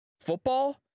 football